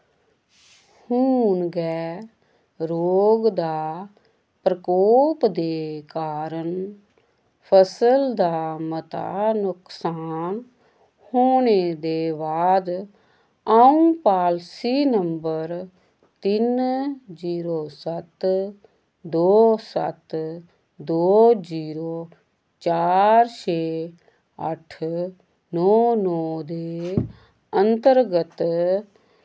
हून गै रोग दा प्रकोप दे कारण फसल दा मता नुकसान होने दे बाद अ'ऊं पालसी नंबर तिन्न जीरो सत्त दो सत्त दो जीरो चार छे अट्ठ नौ नौ दे अंतर्गत